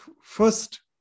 first